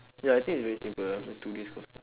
ya I think it's very simple lah a two days course